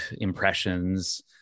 impressions